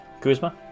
Kuzma